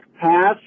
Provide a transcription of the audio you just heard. pass